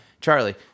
Charlie